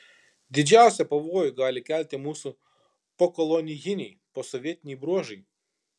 didžiausią pavojų gali kelti mūsų pokolonijiniai posovietiniai bruožai